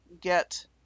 get